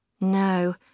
No